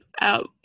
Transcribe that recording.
out